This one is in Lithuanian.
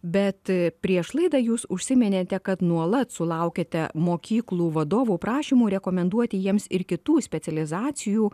bet prieš laidą jūs užsiminėte kad nuolat sulaukiate mokyklų vadovų prašymų rekomenduoti jiems ir kitų specializacijų